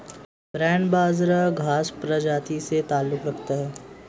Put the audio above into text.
barnyard बाजरा घांस प्रजाति से ताल्लुक रखता है